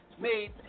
made